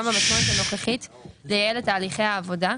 במתכונת הנוכחית לייעל את תהליכי העבודה.